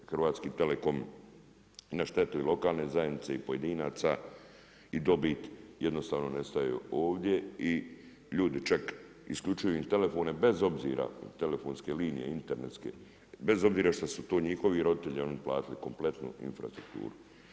Hrvatski telekom na štetu i lokalne zajednice i pojedinaca i dobit jednostavno nestaje ovdje i ljudi čak isključuju im telefone bez obzira na telefonske linije, internetske, bez obzira što su to njihovi roditelji oni platili kompletnu infrastrukturu.